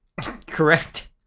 Correct